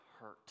hurt